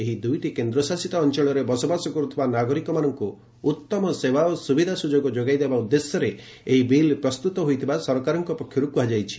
ଏହି ଦୁଇଟି କେନ୍ଦ୍ରଶାସିତ ଅଞ୍ଚଳରେ ବସବାସ କରୁଥିବା ନାଗରିକମାନଙ୍କୁ ଉତ୍ତମ ସେବା ଓ ସୁବିଧା ସୁଯୋଗ ଯୋଗାଇଦେବା ଉଦ୍ଦେଶ୍ୟରେ ଏହି ବିଲ୍ ପ୍ରସ୍ତୁତ ହୋଇଥିବା ସରକାରଙ୍କ ପକ୍ଷରୁ କୁହାଯାଇଛି